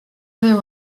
other